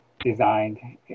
designed